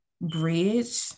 bridge